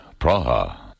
Praha